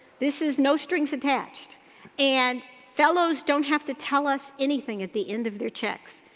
this is no strings attached and fellows don't have to tell us anything at the end of their checks.